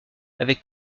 avec